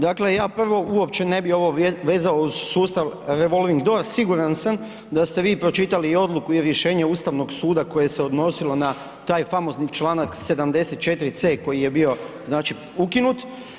Dakle, ja prvo uopće ovo ne bi vezao uz sustav Revolving door, siguran sam da ste vi pročitali i odluku i rješenje Ustavnog suda koje se odnosilo na taj famozni članak 74c koji je bio, znači, ukinut.